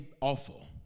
awful